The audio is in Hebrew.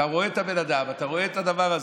אתה רואה את הבן אדם, אתה רואה את הדבר הזה.